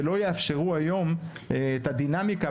שלא יאפשרו היום את הדינמיקה,